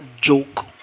joke